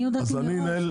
אני הודעתי מראש.